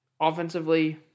offensively